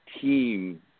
team